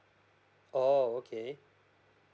oo okay